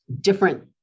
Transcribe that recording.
different